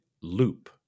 loop